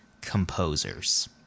composers